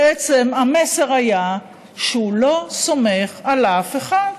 בעצם המסר היה שהוא לא סומך על אף אחד,